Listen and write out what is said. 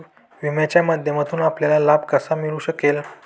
विम्याच्या माध्यमातून आपल्याला लाभ कसा मिळू शकेल?